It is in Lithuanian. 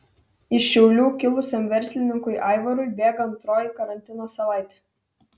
iš šiaulių kilusiam verslininkui aivarui bėga antroji karantino savaitė